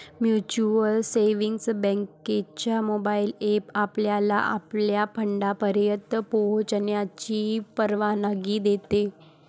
mutual savings बँकेचा mobile app आपल्याला आपल्या फंडापर्यंत पोहोचण्याची परवानगी देतो